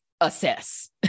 assess